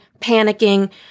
panicking